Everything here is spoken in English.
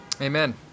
Amen